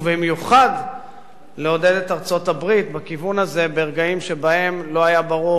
ובמיוחד לעודד את ארצות-הברית בכיוון הזה ברגעים שבהם לא היה ברור